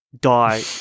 die